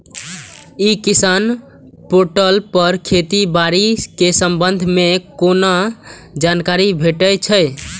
ई किसान पोर्टल पर खेती बाड़ी के संबंध में कोना जानकारी भेटय छल?